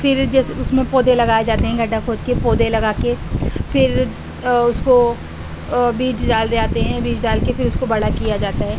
پھر جیسے اس میں پودے لگائے جاتے ہیں گڈھا کھود کے پودے لگا کے پھر اس کو بیج ڈال دے آتے ہیں بیج ڈال کے پھر اس کو بڑا کیا جاتا ہے